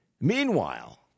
Meanwhile